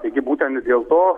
taigi būtent dėl to